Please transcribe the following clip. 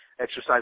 exercise